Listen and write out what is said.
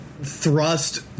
Thrust